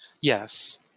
Yes